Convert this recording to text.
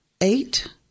eight